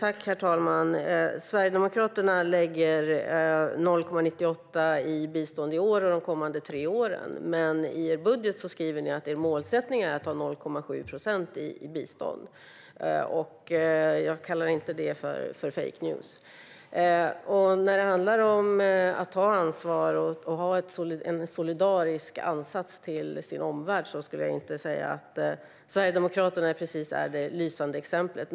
Herr talman! Sverigedemokraterna lägger 0,98 procent på bistånd i år och de kommande tre åren. Men i er budget skriver ni att er målsättning är att ha 0,7 procent i bistånd. Jag kallar inte det för fake news. När det handlar om att ta ansvar och ha en solidarisk ansats gentemot sin omvärld skulle jag inte säga att Sverigedemokraterna precis är det lysande exemplet.